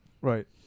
Right